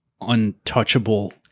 untouchable